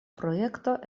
projekto